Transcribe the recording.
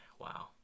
wow